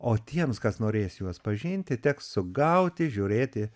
o tiems kas norės juos pažinti teks sugauti žiūrėti